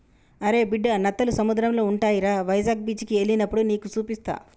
అరే బిడ్డా నత్తలు సముద్రంలో ఉంటాయిరా వైజాగ్ బీచికి ఎల్లినప్పుడు నీకు సూపిస్తా